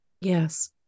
Yes